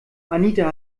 anita